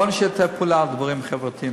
בואו נשתף פעולה בדברים החברתיים.